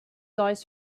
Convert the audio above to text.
eyes